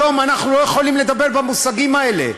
היום אנחנו לא יכולים לדבר במושגים האלה.